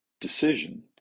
decision